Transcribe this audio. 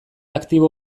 aktibo